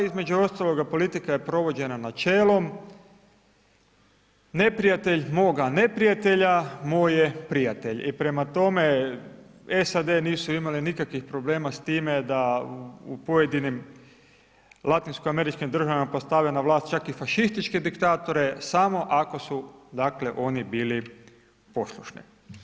Ta, između ostaloga politika je provođena načelom neprijatelj moga neprijatelj, moj je prijatelj, i prema tome SAD nisu imale nikakvih problema s time da u pojedinim Latinsko američkim državama postave na vlast čak i fašističke diktatora, samo ako su, dakle oni bili poslušni.